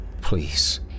Please